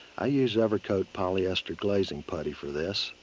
i use evercoat polyester glazing putty for this.